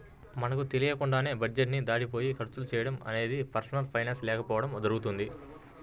మనకు తెలియకుండానే బడ్జెట్ ని దాటిపోయి ఖర్చులు చేయడం అనేది పర్సనల్ ఫైనాన్స్ లేకపోవడం జరుగుతుంది